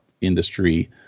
industry